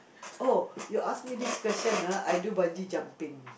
oh you ask me this question ah I do bungee jumping